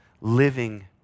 living